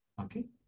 Okay